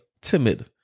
timid